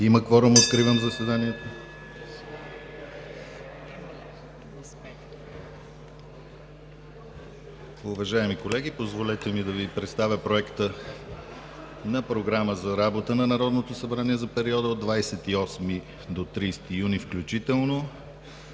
(Звъни.) Откривам заседанието. Уважаеми колеги, позволете ми да Ви представя Проекта на програмата за работа на Народното събрание за периода от 28 до 30 юни включително: